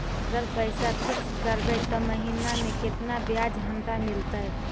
अगर पैसा फिक्स करबै त महिना मे केतना ब्याज हमरा मिलतै?